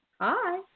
hi